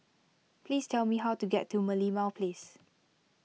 please tell me how to get to Merlimau Place